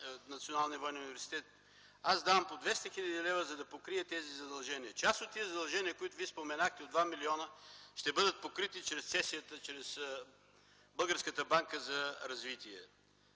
Националния военен университет аз давам по 200 хил. лв., за да покрия тези задължения. Част от тези задължения, които Вие споменахте – от 2 млн. лв., ще бъдат покрити чрез цесията, чрез Българската банка за развитие.